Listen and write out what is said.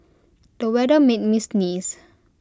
the weather made me sneeze